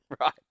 Right